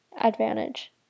advantage